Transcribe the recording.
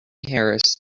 harris